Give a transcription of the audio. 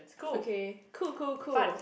okay cool cool cool